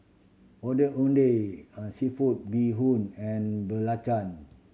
Ondeh Ondeh a seafood bee hoon and belacan